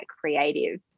creative